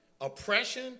oppression